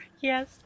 Yes